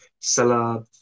Salah